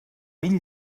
vint